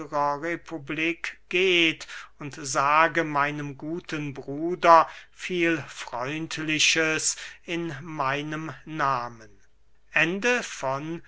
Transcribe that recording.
republik geht und sage meinem guten bruder viel freundliches in meinem nahmen